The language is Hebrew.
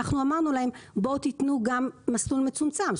אמרנו להם: תנו גם מסלול מצומצם,